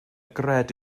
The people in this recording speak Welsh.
gred